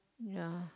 ya